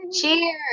Cheers